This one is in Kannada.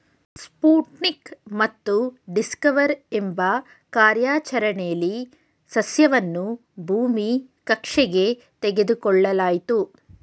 ಸ್ಪುಟ್ನಿಕ್ ಮತ್ತು ಡಿಸ್ಕವರ್ ಎಂಬ ಕಾರ್ಯಾಚರಣೆಲಿ ಸಸ್ಯವನ್ನು ಭೂಮಿ ಕಕ್ಷೆಗೆ ತೆಗೆದುಕೊಳ್ಳಲಾಯ್ತು